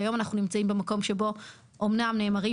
והיום אנחנו נמצאים במקום שבו אמנם נאמרים